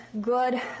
good